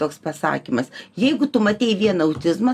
toks pasakymas jeigu tu matei vieną autizmą